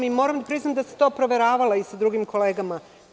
Moram da priznam da sam to proveravala sa drugim kolegama.